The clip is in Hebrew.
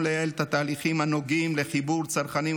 לייעל את התהליכים הנוגעים לחיבור צרכנים,